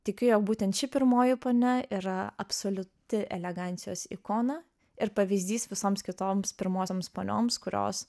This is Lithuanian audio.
tikiu jog būtent ši pirmoji ponia yra absoliuti elegancijos ikona ir pavyzdys visoms kitoms pirmosioms ponioms kurios